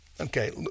Okay